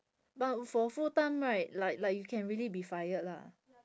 but for full time right like like you can really be fired lah